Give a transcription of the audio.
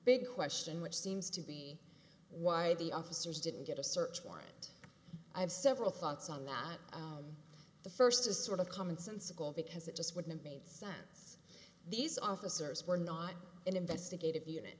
big question which seems to be why the officers didn't get a search warrant i have several thoughts on that the first is sort of commonsensical because it just wouldn't made sense these officers were not an investigative unit